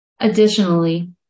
Additionally